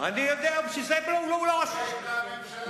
ומי היתה אז הממשלה?